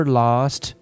lost